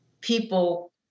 people